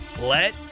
let